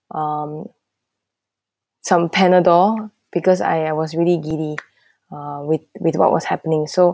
um some panadol because I I was really giddy uh with with what was happening so